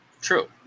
true